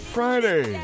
Friday